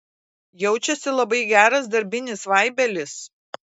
jaučiasi labai geras darbinis vaibelis